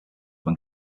when